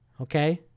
Okay